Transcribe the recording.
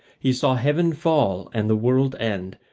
he saw heaven fall and the world end,